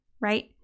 right